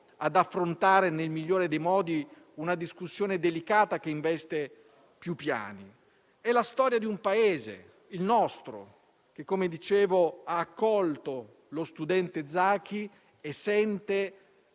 ad affrontare nel migliore dei modi una discussione delicata che investe più piani. È la storia di un Paese, il nostro, che, come dicevo, ha accolto lo studente Zaki e sente